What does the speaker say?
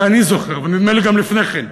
שאני זוכר, ונדמה לי גם לפני כן,